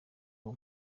uwo